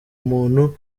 umuntu